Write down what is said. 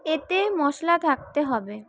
এতে মশলা থাকতে হবে